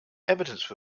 evidence